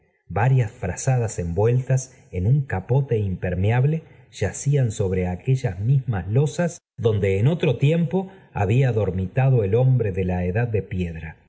varias frazadas envueltas en un capote impermeable yacían sobre aquellas mismas losas donde en otro tiempo había dormitado el hombre de la edad de piedra